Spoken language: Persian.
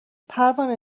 پروانه